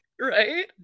right